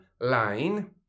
line